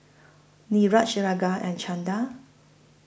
Niraj Ranga and Chanda